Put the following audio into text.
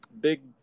big